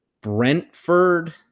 Brentford